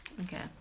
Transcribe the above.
okay